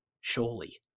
Surely